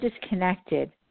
disconnected